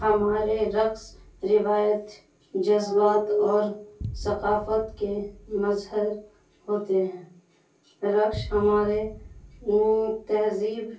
ہمارے رقص روایت جذبات اور ثقافت کے مظہر ہوتے ہیں رقص ہمارے تہذیب